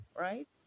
Right